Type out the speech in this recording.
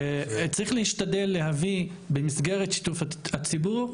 צריך להשתדל להביא במסגרת שיתוף הציבור,